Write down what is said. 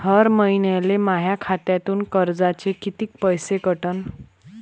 हर महिन्याले माह्या खात्यातून कर्जाचे कितीक पैसे कटन?